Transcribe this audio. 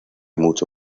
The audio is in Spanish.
mucho